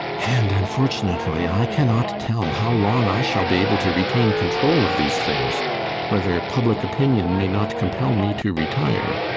and unfortunately i cannot tell how long i shall be able to retain control of these things whether public opinion may not compel me to retire.